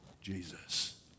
Jesus